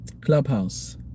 clubhouse